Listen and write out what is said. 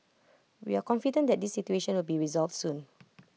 we are confident that this situation will be resolved soon